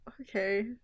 Okay